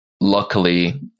Luckily